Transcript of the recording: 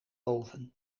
oven